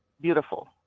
beautiful